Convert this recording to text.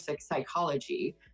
psychology